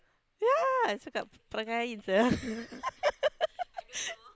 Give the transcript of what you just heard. ya cakap perangai Ain sia